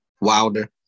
Wilder